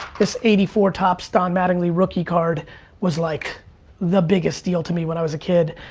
this eighty four topps don mattingly rookie card was like the biggest deal to me when i was a kid.